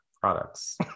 products